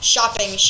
Shopping